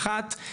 אחת,